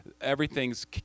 everything's